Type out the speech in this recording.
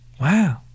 Wow